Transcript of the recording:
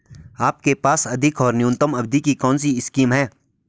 आपके पासबुक अधिक और न्यूनतम अवधि की कौनसी स्कीम है?